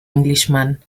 englishman